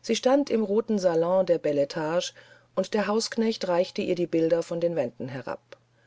sie stand im roten salon der bel etage und der hausknecht reichte ihr die bilder von den wänden herab